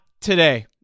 today